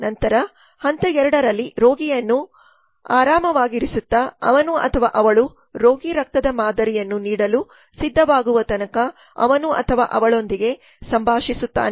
ನಂತರ ಹಂತ 2 ರಲ್ಲಿ ರೋಗಿಯನ್ನು ಆರಂವಾಗಿಸುತ್ತಾ ಅವನು ಅಥವಾ ಅವಳು ರೋಗಿ ರಕ್ತದ ಮಾದರಿಯನ್ನು ನೀಡಲು ಸಿದ್ಧವಾಗುವ ತನಕ ಅವನು ಅಥವಾ ಅವಳೊಂದಿಗೆ ಸಂಭಾಷಿಸುತ್ತಾನೆ